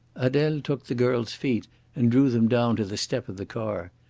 adele took the girl's feet and drew them down to the step of the car.